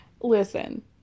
Listen